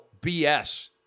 BS